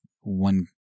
one